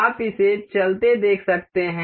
आप इसे चलते देख सकते हैं